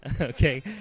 Okay